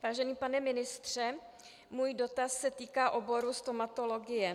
Vážený pane ministře, můj dotaz se týká oboru stomatologie.